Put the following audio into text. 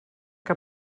que